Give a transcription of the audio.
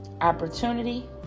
opportunity